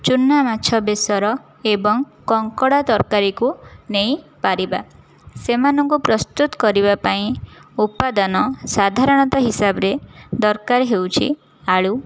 ଚୂନାମାଛ ବେସର ଏବଂ କଙ୍କଡ଼ା ତରକାରୀକୁ ନେଇପାରିବା ସେମାନଙ୍କୁ ପ୍ରସ୍ତୁତ କରିବା ପାଇଁ ଉପାଦାନ ସାଧାରଣତଃ ହିସାବରେ ଦରକାର ହେଉଛି ଆଳୁ